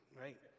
right